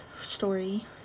story